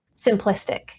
simplistic